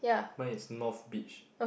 mine is north beach